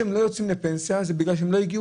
אלה שלא יוצאים לפנסיה, זה בגלל שהם לא הגיעו